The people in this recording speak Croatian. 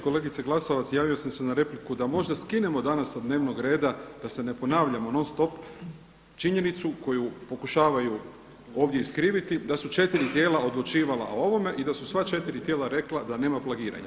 Kolegice Glasovac javio sam se na repliku da možda skinemo danas sa dnevnog reda da se ne ponavljamo non stop činjenicu koju pokušavaju ovdje iskriviti da su četiri tijela odlučivala o ovome i da su sva četiri tijela rekla da nema plagiranja.